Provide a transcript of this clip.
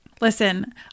Listen